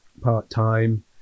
part-time